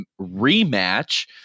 rematch